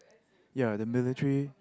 ya the military